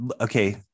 okay